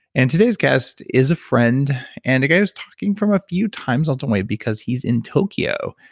and today's cast is a friend, and a guy who is talking from a few time zones away because he's in tokyo.